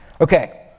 Okay